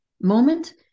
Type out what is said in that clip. moment